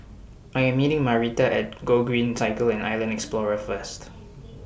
I Am meeting Marita At Gogreen Cycle and Island Explorer First